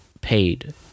paid